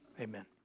Amen